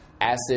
acid